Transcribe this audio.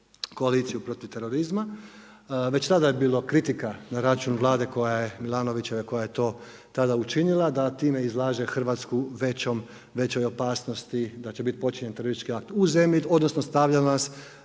koaliciju protiv terorizma, već tada je bilo kritika na račun Vlade Milanovićeve koja je to tada učinila, da time izlaže Hrvatsku većom opasnosti, da će biti počinjen teroristički akt u zemlji, odnosno stavlja nas